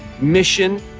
mission